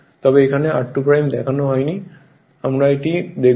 তবে এখানে rc দেখানো হয়নি আমরা এটি দেখাব